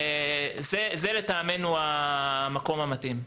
זה לטעמנו המקום המתאים.